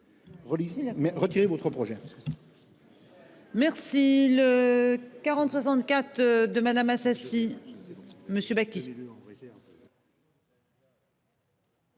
retirez votre projet. Merci. Le 40 64 de madame Assassi. Monsieur.